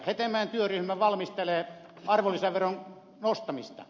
hetemäen työryhmä valmistelee arvonlisäveron nostamista